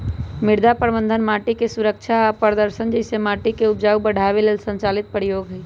मृदा प्रबन्धन माटिके सुरक्षा आ प्रदर्शन जइसे माटिके उपजाऊ बढ़ाबे लेल संचालित प्रयोग हई